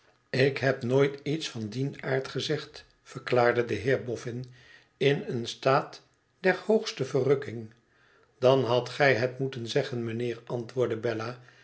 tik heb nooit iets van dien aard gezegd verklaarde de heer boffin in een staat der hoogste verrukking t dan hadt gij het moeten zeggen mijnheer antwoordde bella